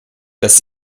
dass